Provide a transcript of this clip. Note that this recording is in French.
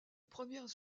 premières